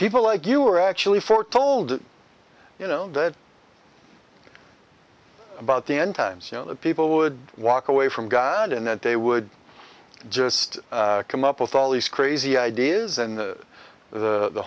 people like you were actually foretold you know that about the end times you know that people would walk away from god and that they would just come up with all these crazy ideas and the the